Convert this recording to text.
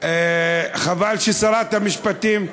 חבל ששרת המשפטים,